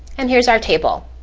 and here's our table.